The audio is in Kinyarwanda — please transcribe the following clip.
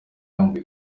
yambaye